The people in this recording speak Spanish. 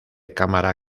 cámara